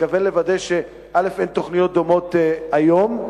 מתכוון לוודא שאין תוכניות דומות היום,